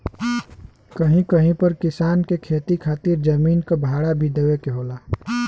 कहीं कहीं पर किसान के खेती खातिर जमीन क भाड़ा भी देवे के होला